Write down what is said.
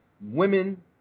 women